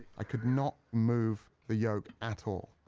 i could not move the yoke at all.